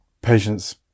patients